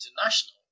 International